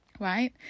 Right